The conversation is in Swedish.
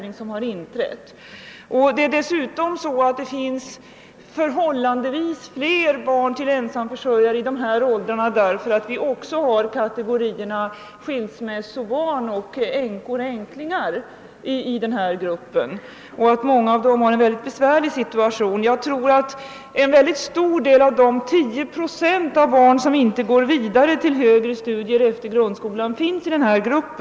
De barn som har en ensamstående förälder är dessutom betydligt fler i tonårsgruppen än i de lägre åldrarna, eftersom vi här utöver barn till föräldrar som inte varit gifta får räkna med såväl skilsmässobarn som barn till änkor eller änklingar. Situationen är mycket svår för många av dem. Jag tror att en stor del av de 10 procent av barnen som inte går vidare till högre studier efter grundskolan finns i denna Srupp.